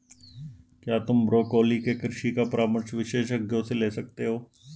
क्या तुम ब्रोकोली के कृषि का परामर्श विशेषज्ञों से ले सकते हो?